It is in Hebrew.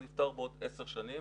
הוא נפטר בעוד עשר שנים,